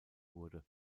wurde